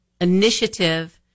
initiative